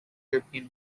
european